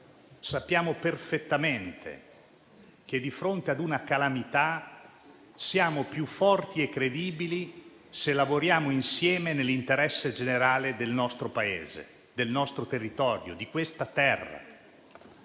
Sappiamo perfettamente che di fronte ad una calamità siamo più forti e credibili se lavoriamo insieme, nell'interesse generale del nostro Paese, del nostro territorio, di questa terra.